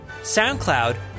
SoundCloud